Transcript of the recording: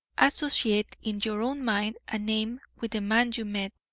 associate in your own mind a name with the man you met.